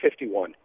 51